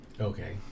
Okay